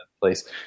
place